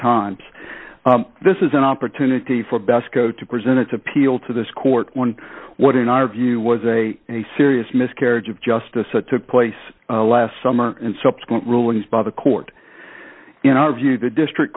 times this is an opportunity for best go to present its appeal to this court on what in our view was a serious miscarriage of justice it took place last summer and subsequent rulings by the court in our view the district